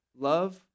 love